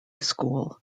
school